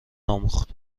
آموخت